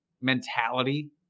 mentality